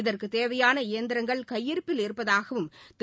இதற்கு தேவையான இயந்திரங்கள் கையிருப்பில் இருப்பதாகவும் திரு